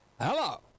Hello